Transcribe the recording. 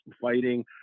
fighting